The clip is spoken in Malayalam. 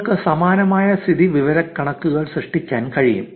നിങ്ങൾക്ക് സമാനമായ സ്ഥിതിവിവരക്കണക്കുകൾ സൃഷ്ടിക്കാൻ കഴിയും